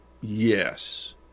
Yes